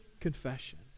confession